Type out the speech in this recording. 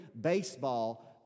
baseball